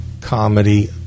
comedy